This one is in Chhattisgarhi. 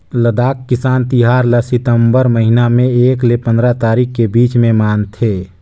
लद्दाख किसान तिहार ल सितंबर महिना में एक ले पंदरा तारीख के बीच में मनाथे